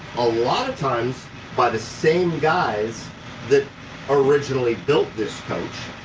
a lot of times by the same guys that originally built this coach.